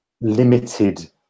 limited